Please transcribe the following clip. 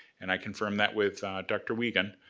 and i confirmed that with dr. wiegand.